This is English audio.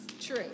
true